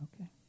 Okay